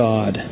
God